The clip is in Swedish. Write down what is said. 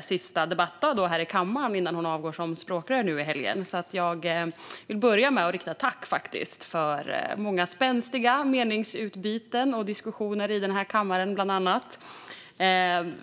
sista debattdag här i kammaren innan hon avgår som språkrör nu i helgen. Jag vill därför börja med att rikta ett tack för många spänstiga meningsutbyten och diskussioner bland annat här i kammaren.